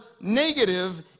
negative